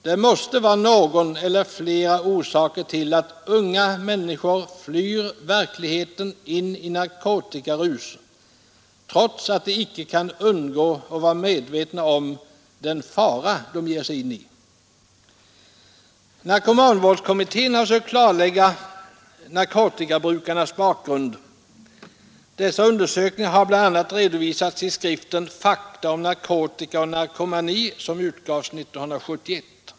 Det måste vara någon eller flera orsaker till att unga människor flyr verkligheten in i narkotikarus trots att de icke kan undgå att vara medvetna om den fara de ger sig in i. Narkomanvårdskommittén har sökt klarlägga narkotikabrukarnas bakgrund. Dessa undersökningar har bl.a. redovisats i skriften Fakta om narkotika och narkomani, som utgavs 1971.